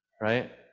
Right